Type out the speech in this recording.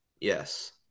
yes